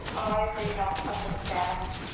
i may not understand,